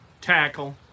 tackle